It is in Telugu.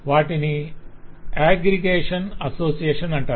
వాటిని అగ్రిగేషన్ అసోసియేషన్స్ అంటారు